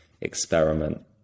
experiment